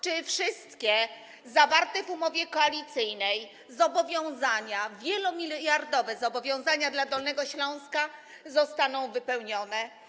Czy wszystkie zawarte w umowie koalicyjnej zobowiązania, wielomiliardowe zobowiązania dla Dolnego Śląska zostaną wypełnione?